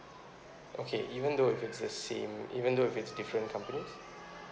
okay even though if it's the same even though if it's different companies